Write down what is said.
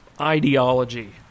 ideology